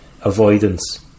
avoidance